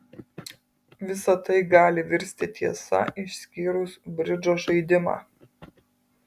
visa tai gali virsti tiesa išskyrus bridžo žaidimą